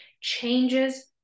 changes